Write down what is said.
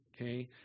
Okay